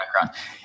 background